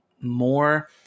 more